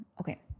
Okay